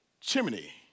chimney